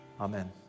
Amen